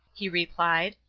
he replied.